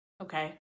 Okay